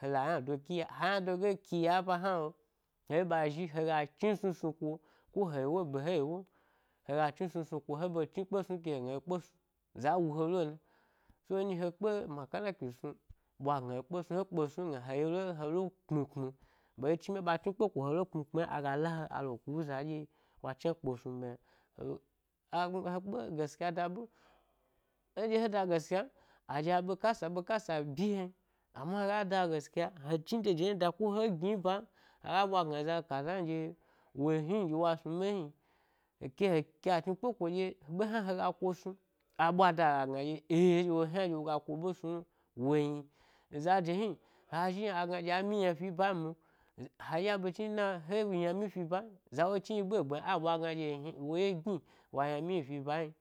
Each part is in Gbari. Hela ynado kiya, ha ynadoge kiya ẻ bahna lo he zhi ɓa zhi hega chni snu snu ku’o, ko he yi woyi ɓe he yi wom, ha chni snu snu kku’o, he ɓe chni kpe snum ke hegna he kpe snu, za wu he lo na? So nɗye he kpe makanaki snu ɓwagna he kpe snu gna heyelo helo kpmi kpmi ba ɗye chni be ba chni kpe ko hele kpmi kpmi aga la he a le ku za ɗye wa shna kpe snu ɓe yna, helo, a, a kpe gaskya da ɓe, eɗye he da gaskya m azhia a ɓekasa aɓkasa bi hen amma hega da gaskya he chni dede hni da ko he gni bam, aga ɓwa gna za kaza nyi ɗye wo hni ɗye was nu ɓe hni n heke he, ke a chni kpeko ɗye hna hega ka wu snu a ɓwada aga gna ɗye ẻ-ɗye wo hna ɗye woga ku be snu lo, wo yin, zade hni, azhi yna agna ɗye a myi yna fi ba hni be he ɗye a ɓe chni dna he yna’ myi fi ba m, za wo chniyi gbegbe yna, aɓwa gna ɗye hni, woɗye gni wa yna’ myi hni fi ba yna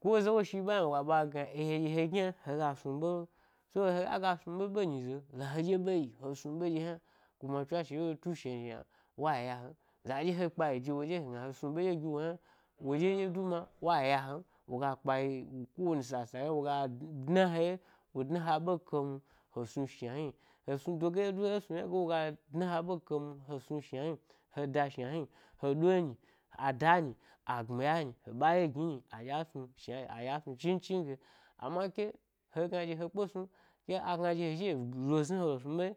ko, za wo shi ba yna woga ɓwa gna ɗye ẻ-ɗye he gyna hega snu ɓelo, so hega gas nu ɓeɓe ẻ nyize la haɗye yi he snu ɓe ɗye hna kuma tswashe wotu e shenzhi yna, way a hem, za ɗye he kpa de woɗye hegna he snu ɓeɗye giwo hna woɗye ɗye du ma, way a he m, woga kpayi ko wani sasa yna woga dna he ye, wo chna ha’ ɓe kemu, he snu shna hni, he snu dege ɗye du e snu yna ge m wogu dna ha ɓe he snu shna hni, he snu dege ɗye du ẻ snu yna ge m woga dna ha ɓe kemu, he sni shna hni, he da shna hni he ɗo nyi, ada’ nyi a gbmi ya’ nyi, heɓa ye gni ‘ nyi aɗye a snu, shna a ɗye a snu chnia chinye, amma ke, hegna ɗye he kpe snu, ke agna ɗye he zhihelo znihela snu be ɗye.